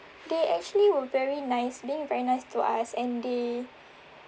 they actually were very nice being very nice to us and they